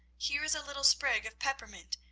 here is a little sprig of peppermint,